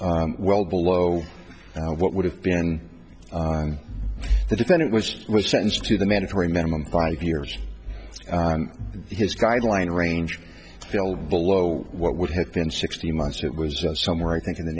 well below what would have been the defendant was was sentenced to the mandatory minimum five years his guideline range well below what would have been sixteen months it was somewhere i think in the